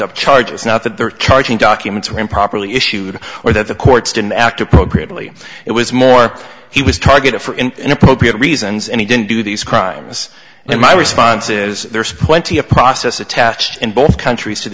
up charges not that they're charging documents were improperly issued or that the courts didn't act appropriately it was more he was targeted for in inappropriate reasons and he didn't do these crimes and my response is there's plenty of process attached in both countries